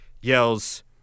yells